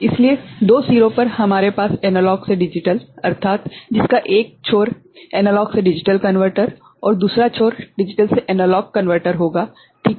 इसलिए दो सिरों पर हमारे पास एनालॉग से डिजिटल अर्थात जिसका एक छोर एनालॉग से डिजिटल कनवर्टर और दूसरा छोर डिजिटल से एनालॉग कनवर्टर होगा ठीक हैं